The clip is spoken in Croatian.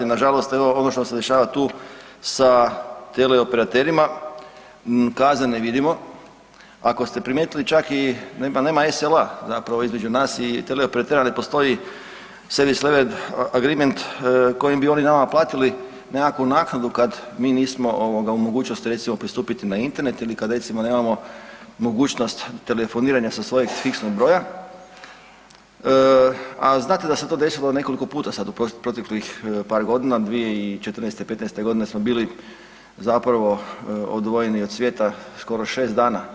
Nažalost evo ono što se dešava tu sa teleoperaterima, kazne ne vidimo, ako ste primijetili čak i nema SLA zapravo između nas i teleoperatera ne postoji Service level agreement kojim bi oni nama platiti nekakvu naknadu kad mi nismo ovoga u mogućnosti recimo pristupiti na Internet ili kad recimo nemamo mogućnost telefoniranja sa svojeg fiksnog broja, a znate da se to desilo nekoliko puta sad u proteklih par godine, 2014.-'15. godine smo bili zapravo odvojeni od svijeta skoro 6 dana.